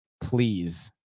please